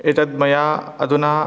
एतन्मया अधुना